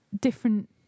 different